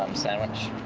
um sandwich.